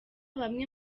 bamwe